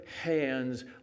hands